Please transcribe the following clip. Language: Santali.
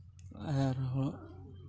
ᱟᱨᱦᱚᱸ